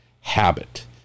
Habit